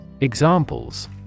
Examples